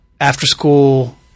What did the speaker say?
after-school